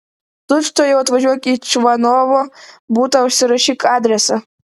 tučtuojau atvažiuok į čvanovo butą užsirašyk adresą